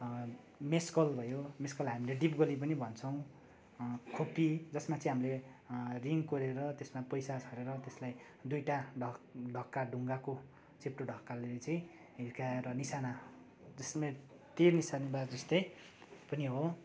मेसकल भयो मेसकल हामीले डिपगोली पनि भन्छौँ खोप्पी जसमा चाहिँ हामीले रिङ कोरेर त्यसमा पैसा छरेर त्यसलाई दुईवटा ढक ढक्का ढुङ्गाको चेप्टो ढक्काले चाहिँ हिर्काएर निसाना जसमा तिर निसानीबाज जस्तै पनि हो